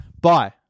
Bye